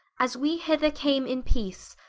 as we hither came in peace,